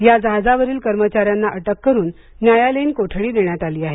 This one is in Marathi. या जहाजावरील कर्मचाऱ्यांना अटक करुन न्यायालयीन कोठडी देण्यात आली आहे